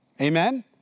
amen